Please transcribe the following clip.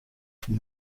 from